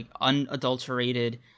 unadulterated